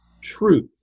Truth